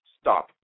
stop